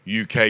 UK